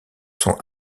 sont